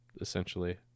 essentially